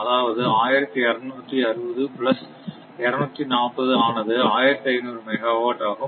அதாவது1260 plus 240 ஆனது 1500 megawatt ஆகும்